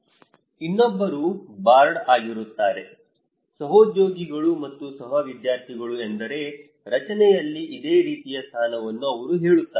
ಇನ್ನೊಬ್ಬರು ಬಾರ್ಡ್ ಆಗಿರುತ್ತಾರೆ ಸಹೋದ್ಯೋಗಿಗಳು ಮತ್ತು ಸಹ ವಿದ್ಯಾರ್ಥಿಗಳು ಎಂದರೆ ರಚನೆಯಲ್ಲಿ ಇದೇ ರೀತಿಯ ಸ್ಥಾನವನ್ನು ಅವರು ಹೇಳುತ್ತಾರೆ